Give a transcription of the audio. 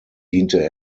diente